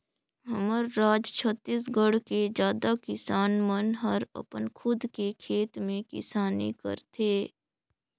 हमर राज छत्तीसगढ़ के जादा किसान मन हर अपन खुद के खेत में किसानी करथे